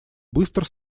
быстро